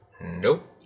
Nope